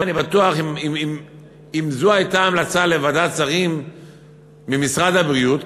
אם זו הייתה ההמלצה לוועדת השרים ממשרד הבריאות,